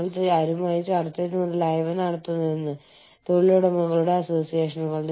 ഇതിനർത്ഥം ആദ്യം മുതൽ സബ്സിഡിയറി സൌകര്യങ്ങൾ നിർമ്മിക്കുന്നതിനായി നിങ്ങൾ ഒരു തുറന്ന ഫീൽഡ് നേടുന്നു